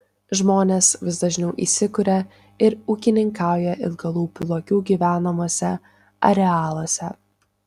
žmonės vis dažniau įsikuria ir ūkininkauja ilgalūpių lokių gyvenamuose arealuose